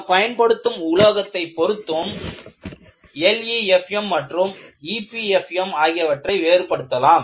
நாம் பயன்படுத்தும் உலோகத்தை பொருத்தும் LEFM மற்றும் EPFM ஆகியவற்றை வேறுபடுத்தலாம்